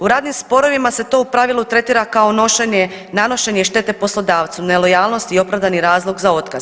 U radnim sporovima se to u pravilu tretira kao nošenje, nanošenje štete poslodavcu, nelojalnosti i opravdani razlog za otkaz.